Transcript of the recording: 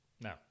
No